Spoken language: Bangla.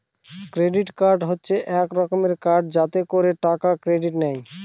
ক্রেডিট কার্ড হচ্ছে এক রকমের কার্ড যাতে করে টাকা ক্রেডিট নেয়